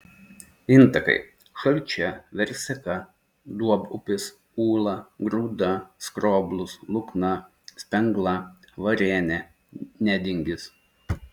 intakai šalčia verseka duobupis ūla grūda skroblus lukna spengla varėnė nedingis